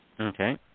Okay